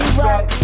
rock